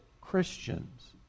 Christians